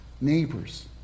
neighbors